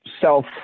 self